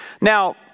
Now